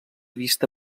vista